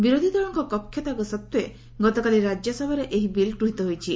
ବିରୋଧୀ ଦଳଙ୍କ କଷତ୍ୟାଗ ସତ୍ତେ ଗତକାଲି ରାଜ୍ୟସଭାରେଏହି ବିଲ୍ ଗୃହୀତ ହୋଇଛି